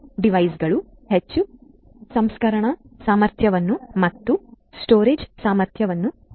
ಈ ಡಿವೈಸ್ಗಳು ಹೆಚ್ಚು ಸಂಸ್ಕರಣಾ ಸಾಮರ್ಥ್ಯವನ್ನು ಮತ್ತು ಸ್ಟೋರೇಜ್ ಸಾಮರ್ಥ್ಯವನ್ನು ಹೊಂದಿರುತ್ತದೆ